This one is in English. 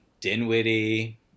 Dinwiddie